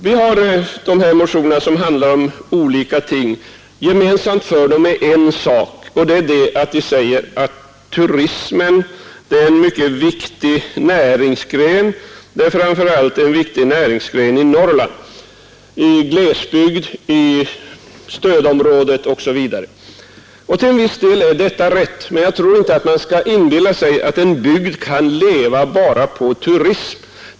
Gemensamt för motionerna, som handlar om olika ting, är att motionärerna säger att turismen är en mycket viktig näringsgren, framför allt i Norrland, i glesbygder, i stödområdet osv. Till en viss del är detta rätt, men jag tror inte att man skall inbilla sig att en bygd kan leva bara på turism.